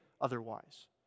otherwise